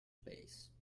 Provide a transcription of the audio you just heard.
space